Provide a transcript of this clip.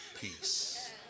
peace